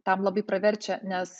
tam labai praverčia nes